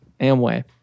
amway